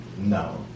no